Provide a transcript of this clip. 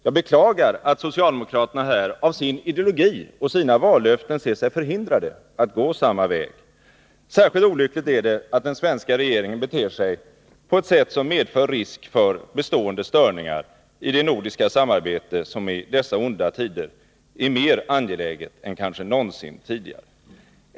Jag beklagar att socialdemokraterna här av sin ideologi och sina vallöften ser sig förhindrade att gå samma väg. Särskilt olyckligt är det att den svenska regeringen beter sig på ett sätt som medför risk för bestående störningar i det nordiska samarbete som i dessa onda tider är mer angeläget än kanske någonsin tidigare.